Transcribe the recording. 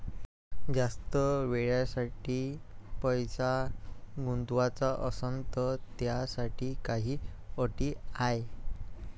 जास्त वेळेसाठी पैसा गुंतवाचा असनं त त्याच्यासाठी काही अटी हाय?